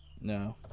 No